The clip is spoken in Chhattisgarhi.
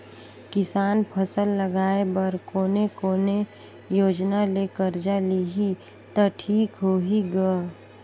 किसान फसल लगाय बर कोने कोने योजना ले कर्जा लिही त ठीक होही ग?